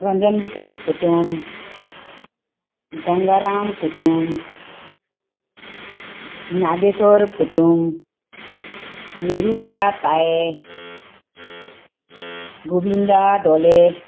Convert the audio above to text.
Ranjan Bikash Kutum Gangaram Kutum Nageswar Kutum Niroda Taye Gobinda Dole